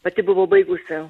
pati buvo baigusi